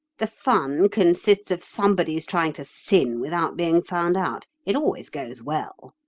the fun consists of somebody's trying to sin without being found out. it always goes well.